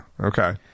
Okay